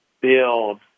build